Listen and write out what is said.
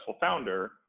founder